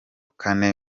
kane